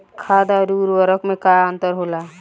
खाद्य आउर उर्वरक में का अंतर होला?